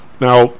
Now